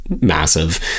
Massive